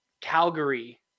Calgary